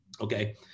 Okay